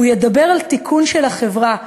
הוא ידבר על תיקון החברה,